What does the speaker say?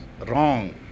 Wrong